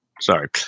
Sorry